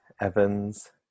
Evans